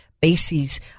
bases